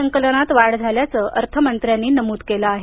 संकलनात वाढ झाल्याचं अर्थमंत्र्यांनी नमूद केलं आहे